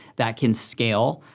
that can scale,